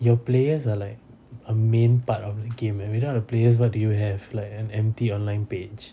your players are like a main of the game eh without the players what do you have like an empty online page